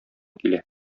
килде